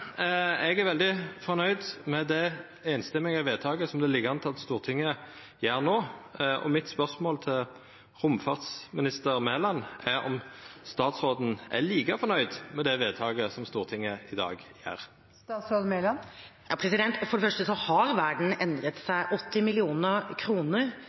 Eg er veldig fornøgd med det enstemmige vedtaket som det ligg an til at Stortinget gjer no, og mitt spørsmål til romfartsminister Mæland er om statsråden er like fornøgd med det vedtaket som Stortinget i dag gjer. For det første har